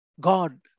God